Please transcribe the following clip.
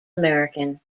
american